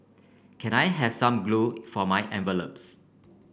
can I have some glue for my envelopes